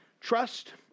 Trust